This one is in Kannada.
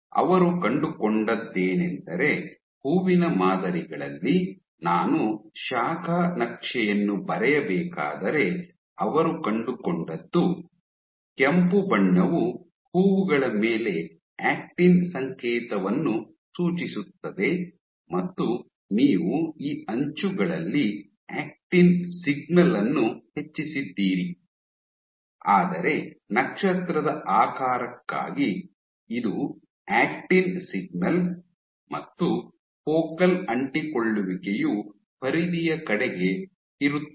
ಅವರು ಕಂಡುಕೊಂಡದ್ದೇನೆಂದರೆ ಹೂವಿನ ಮಾದರಿಗಳಲ್ಲಿ ನಾನು ಶಾಖ ನಕ್ಷೆಯನ್ನು ಬರೆಯಬೇಕಾದರೆ ಅವರು ಕಂಡುಕೊಂಡದ್ದು ಕೆಂಪು ಬಣ್ಣವು ಹೂವುಗಳ ಮೇಲೆ ಆಕ್ಟಿನ್ ಸಂಕೇತವನ್ನು ಸೂಚಿಸುತ್ತದೆ ಮತ್ತು ನೀವು ಈ ಅಂಚುಗಳಲ್ಲಿ ಆಕ್ಟಿನ್ ಸಿಗ್ನಲ್ ಅನ್ನು ಹೆಚ್ಚಿಸಿದ್ದೀರಿ ಆದರೆ ನಕ್ಷತ್ರದ ಆಕಾರಕ್ಕಾಗಿ ಇದು ಆಕ್ಟಿನ್ ಸಿಗ್ನಲ್ ಮತ್ತು ಫೋಕಲ್ ಅಂಟಿಕೊಳ್ಳುವಿಕೆಯು ಪರಿಧಿಯ ಕಡೆಗೆ ಇರುತ್ತದೆ